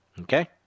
Okay